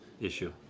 issue